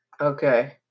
Okay